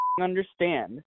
understand